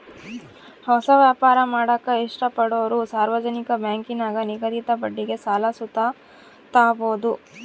ಹೊಸ ವ್ಯಾಪಾರ ಮಾಡಾಕ ಇಷ್ಟಪಡೋರು ಸಾರ್ವಜನಿಕ ಬ್ಯಾಂಕಿನಾಗ ನಿಗದಿತ ಬಡ್ಡಿಗೆ ಸಾಲ ಸುತ ತಾಬೋದು